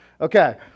Okay